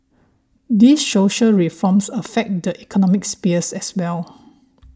these social reforms affect the economic sphere as well